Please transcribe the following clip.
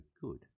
good